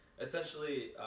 Essentially